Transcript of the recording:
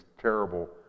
terrible